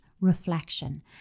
reflection